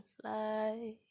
fly